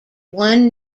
one